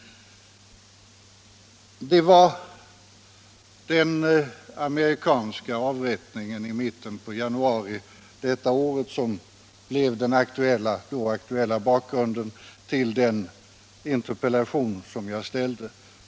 Det var den amerikanska avrättningen i mitten på januari detta år som blev den då aktuella bakgrunden till den interpellation som jag ställde.